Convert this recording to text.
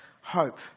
hope